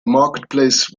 marketplace